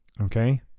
Okay